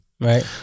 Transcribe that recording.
Right